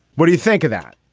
what do you think of that.